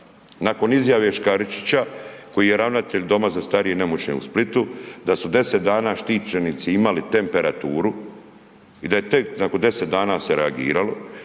nakon izjave Škaričića koji je ravnatelj Doma za starije i nemoćne u Splitu da su 10 dana štićenici imali temperaturu i da je tek nakon 10 dana se reagiralo.